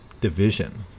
division